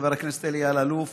חבר הכנסת אלי אלאלוף,